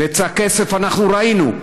בצע כסף, אנחנו ראינו.